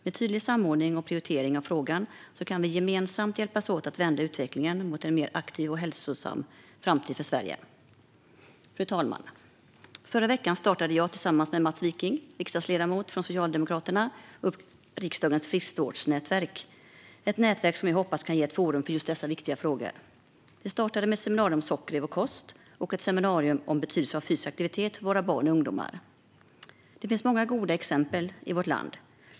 Med tydlig samordning och prioritering av frågan kan vi gemensamt hjälpas åt att vända utvecklingen mot en mer aktiv och hälsosam framtid för Sverige. Fru talman! Förra veckan startade jag tillsammans Mats Wiking, riksdagsledamot för Socialdemokraterna, upp riksdagens friskvårdsnätverk. Det är ett nätverk som jag hoppas kan bli ett forum för just dessa viktiga frågor. Vi startade med ett seminarium om sockret i vår kost och ett seminarium om betydelsen av fysisk aktivitet för våra barn och ungdomar. Det finns många goda exempel i vårt land.